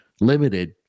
limited